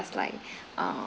like uh